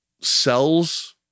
sells